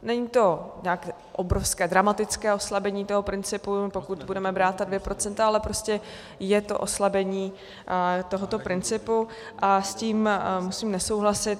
Není to nějaké obrovské, dramatické oslabení toho principu, pokud budeme brát ta 2 %, ale prostě je to oslabení tohoto principu a s tím musím nesouhlasit.